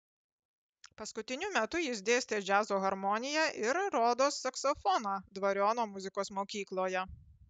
paskutiniu metu jis dėstė džiazo harmoniją ir rodos saksofoną dvariono muzikos mokykloje